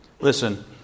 Listen